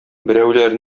берәүләр